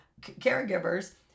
caregivers